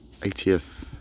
80th